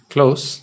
Close